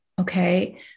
Okay